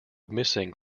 missing